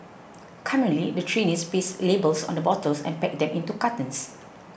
currently the trainees paste labels on the bottles and pack them into cartons